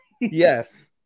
Yes